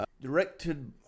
Directed